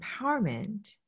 empowerment